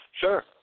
Sure